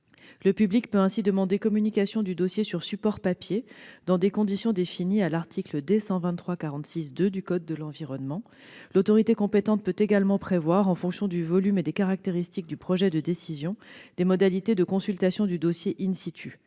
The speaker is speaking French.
Le public peut ainsi demander une communication du dossier sur support papier, dans les conditions définies à l'article D. 123-46-2 du code de l'environnement. L'autorité compétente peut également prévoir, en fonction du volume et des caractéristiques du projet de décision, des modalités de consultation du dossier. Enfin,